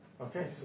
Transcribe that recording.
Okay